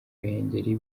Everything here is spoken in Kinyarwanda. ruhengeri